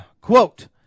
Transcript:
quote